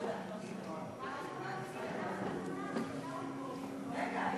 רגע,